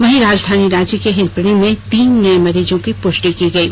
वहीं राजधानी रांची के हिंदपीढ़ि में तीन नये मरीजों की पुष्टि की गयी